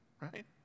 right